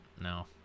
no